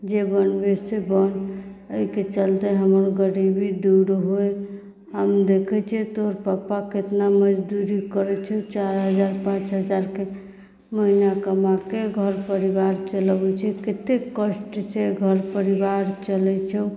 जे बनबे से बन एहिके चलते हमरो गरीबी दूर होइ हम देखैत छियै तोहर पप्पा केतना मजदूरी करैत छै चारि हजार पाँच हजारके महीना कमाके घर परिवार चलाबैत छै कतेक कष्टसँ घर परिवार चलैत छौ